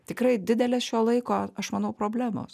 tikrai didelė šio laiko aš manau problemos